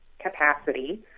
capacity